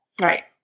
Right